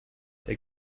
der